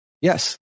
Yes